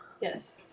yes